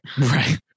Right